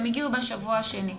והם הגיעו בשבוע השני.